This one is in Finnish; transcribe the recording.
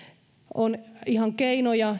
on keinoja